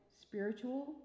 spiritual